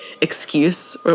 excuse